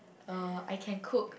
uh I can cook